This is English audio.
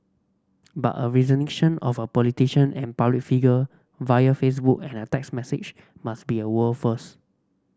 but a resignation of a politician and public figure via Facebook and a text message must be a world first